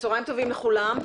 צוהריים טובים לכולם.